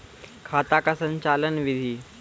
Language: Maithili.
खाता का संचालन बिधि?